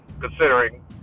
considering